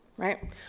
right